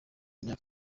imyaka